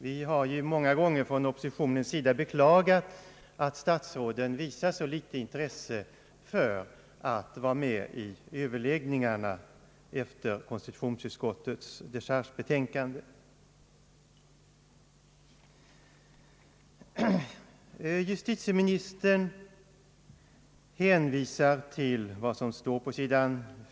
Vi har ju många gånger från oppositionens sida beklagat att statsråden visar så litet intresse för att vara med i överläggningarna efter konstitutionsutskottets dechargebetänkanden. Justitieministern hänvisar till det uttalande som finns återgivet på sid.